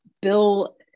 Bill